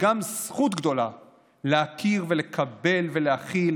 וגם זכות גדולה להכיר, לקבל ולהכיל